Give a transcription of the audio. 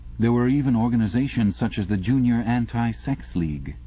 there were even organizations such as the junior anti-sex league,